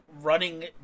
running